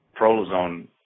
prolozone